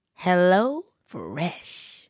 HelloFresh